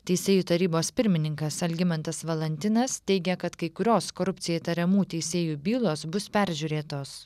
teisėjų tarybos pirmininkas algimantas valantinas teigia kad kai kurios korupcija įtariamų teisėjų bylos bus peržiūrėtos